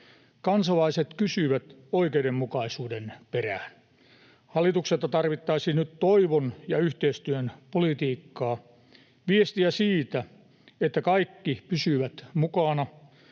Kansalaiset kysyvät oikeudenmukaisuuden perään. Hallitukselta tarvittaisiin nyt toivon ja yhteistyön politiikkaa, viestiä siitä, että kaikki pysyvät mukana